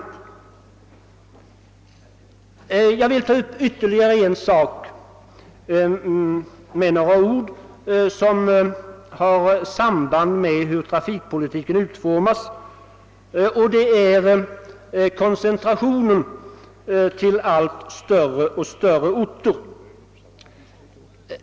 Jag vill med några ord ta upp ytterligare en sak som har samband med hur trafikpolitiken utformas, nämligen koncentrationen till allt större och större orter.